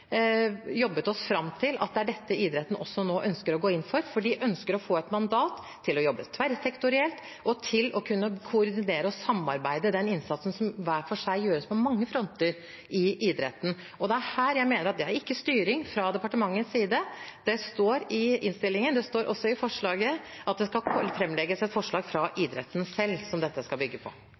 jobbet oss fram til at det er dette idretten nå også ønsker å gå inn for, for de ønsker å få et mandat til å kunne jobbe tverrsektorielt og til å kunne koordinere og samarbeide om den innsatsen som – hver for seg – gjøres på mange fronter i idretten. Det er her jeg mener at det ikke er styring fra departementets side. Det står i innstillingen, det står også i forslaget, at det skal framlegges et forslag fra idretten selv, som dette skal bygge på.